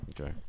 Okay